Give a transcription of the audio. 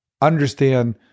understand